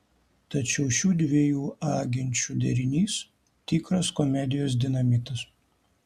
tačiau šių dviejų agenčių derinys tikras komedijos dinamitas